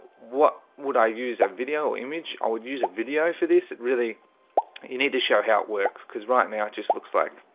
what would i use a video image? i would use a video for this really you need to show how it works because right now it just looks like